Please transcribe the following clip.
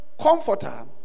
comforter